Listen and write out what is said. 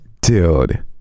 dude